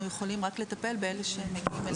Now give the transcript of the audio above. אנחנו יכולים רק לטפל באלה שמגיעים אלינו.